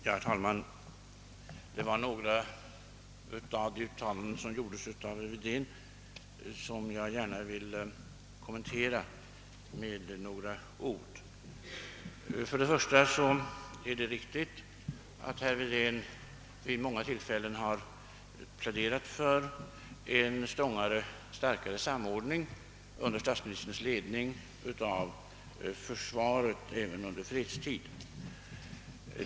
Herr talman! Jag vill gärna kommentera några av de uttalanden som herr Wedén gjorde. Det är riktigt att herr Wedén vid många tillfällen har pläderat för en starkare samordning under statsministerns ledning av försvaret även under fredstid.